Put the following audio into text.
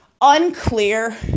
unclear